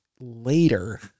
later